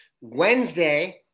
Wednesday